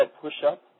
push-up